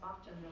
often